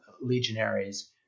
legionaries